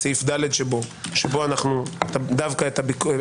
אתחיל בסעיף ד שבו דווקא את הביקורת